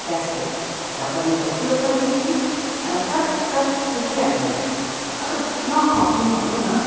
gasket ढकनीको त्यो पनि नि चट्चट् चुट्टिहाल्ने अन्त नखप्ने भनौँ न